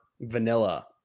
vanilla